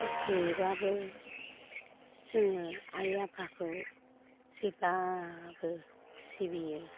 खस्त'यैबाबो जोङो आइ आफाखौ जेब्लाबो सिबियो